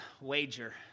wager